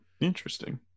interesting